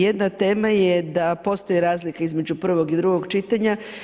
Jedna tema je da postoje razlike između prvog i drugog čitanja.